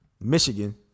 Michigan